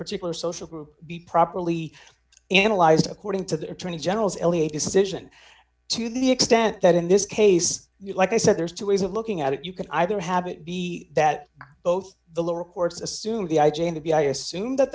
particular social group be properly analyzed according to the attorney general's elite decision to the extent that in this case you like i said there's two ways of looking at it you can either have it be that both the lower courts assume the i j a to be i assume that